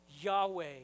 Yahweh